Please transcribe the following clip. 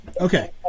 Okay